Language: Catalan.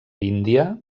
índia